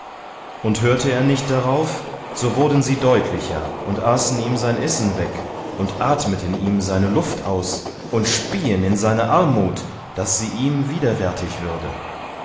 und hörte er nicht darauf so wurden sie deutlicher und aßen ihm sein essen weg und atmeten ihm seine luft aus und spieen in seine armut daß sie ihm widerwärtig würde